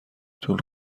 طول